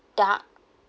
dark